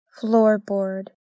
floorboard